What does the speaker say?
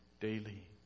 daily